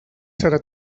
serà